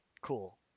cool